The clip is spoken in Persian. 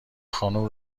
خانوم